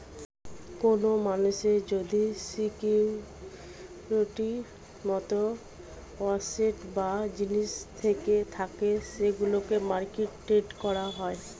কোন মানুষের যদি সিকিউরিটির মত অ্যাসেট বা জিনিস থেকে থাকে সেগুলোকে মার্কেটে ট্রেড করা হয়